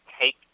take